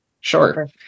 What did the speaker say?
Sure